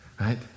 right